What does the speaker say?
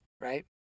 Right